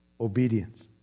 obedience